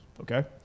okay